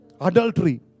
Adultery